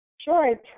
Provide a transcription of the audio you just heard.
Sure